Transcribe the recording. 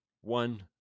one